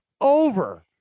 Over